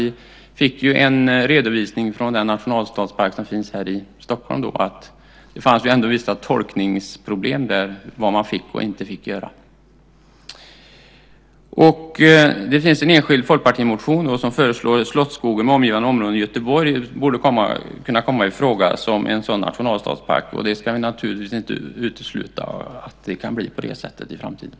Vi fick en redovisning om vissa tolkningsproblem som fanns när det gällde nationalstadsparken här i Stockholm om vad man fick och inte fick göra. Det finns en enskild Folkpartimotion som föreslår att Slottsskogen med omgivande områden i Göteborg borde kunna komma i fråga som nationalstadspark. Vi ska naturligtvis inte utesluta att det kan bli på det sättet i framtiden.